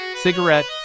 Cigarette